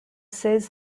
says